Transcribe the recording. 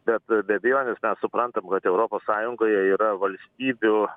bet be abejonės mes suprantam kad europos sąjungoje yra valstybių